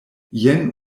jen